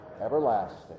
everlasting